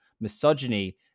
misogyny